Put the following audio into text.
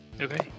Okay